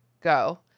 go